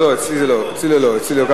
אצלי זה לא ככה.